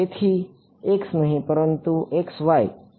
તેથી x નહિ પરંતુ x y